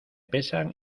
pesan